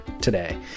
today